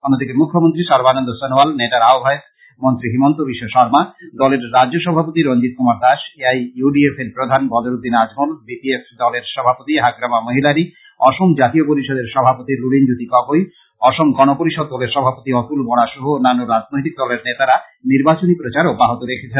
অন্যদিকে মুখ্যমন্ত্রী সর্বানন্দ সনোয়াল নেডার আহ্বায়ক মন্ত্রী হিমন্ত বিশ্ব শর্মা দলের রাজ্য সভাপতি Ranjit Kumar Das A I U D F এর প্রধান Badruddin Ajmal B P F দলের সভাপতি হাগ্রামা মহিলারী অসম জাতীয় পরিষদের সভাপতি লুরিনজ্যোতি গগৈ অসম গন পরিষদ দলের সভাপতি অতুল বরা সহ অন্যান্য রাজনৈতিক দলের নেতারা নির্বাচনী প্রচার অব্যাহত রেখেছেন